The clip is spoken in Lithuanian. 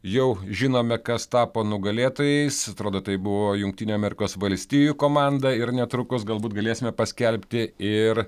jau žinome kas tapo nugalėtojais atrodo tai buvo jungtinių amerikos valstijų komanda ir netrukus galbūt galėsime paskelbti ir